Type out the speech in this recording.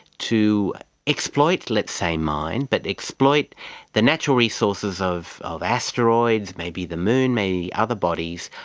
to exploit, let's say mine, but exploit the natural resources of of asteroids, maybe the moon, maybe other bodies,